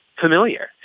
familiar